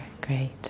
Great